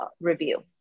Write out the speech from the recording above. review